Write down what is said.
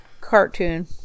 cartoon